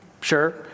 sure